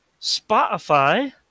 Spotify